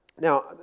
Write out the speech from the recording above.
Now